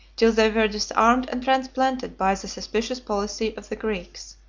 till they were disarmed and transplanted by the suspicious policy of the greeks.